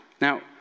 Now